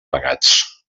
pagats